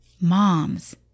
moms